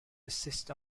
assist